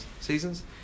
seasons